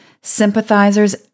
Sympathizers